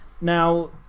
now